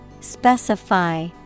Specify